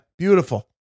Beautiful